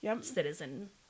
citizen